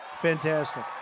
Fantastic